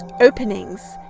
openings